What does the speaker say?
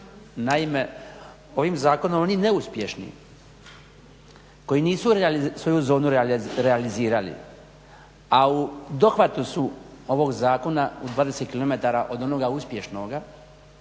Naime, ovim zakonom oni neuspješni koji nisu svoju zonu realizirali, a u dohvatu su ovog zakona u 20 km od onoga uspješnoga